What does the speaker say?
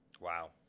Wow